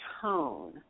tone